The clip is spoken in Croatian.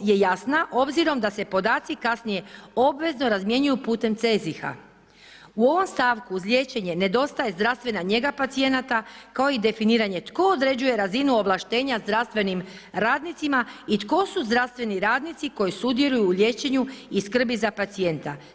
je jasna, obzirom da se podaci kasnije obvezno razmjenuju putem ... U ovom stavku uz liječenje nedostaje zdravstvena njega pacijenata kao i definiranje tko određuje razinu ovlaštenja zdravstvenim radnicima i tko su zdravstveni radnici koji sudjeluju u liječenju i skrbi za pacijenta.